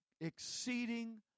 exceeding